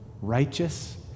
righteous